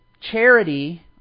charity